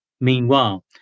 Meanwhile